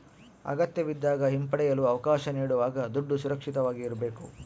ಅಗತ್ಯವಿದ್ದಾಗ ಹಿಂಪಡೆಯಲು ಅವಕಾಶ ನೀಡುವಾಗ ದುಡ್ಡು ಸುರಕ್ಷಿತವಾಗಿ ಇರ್ಬೇಕು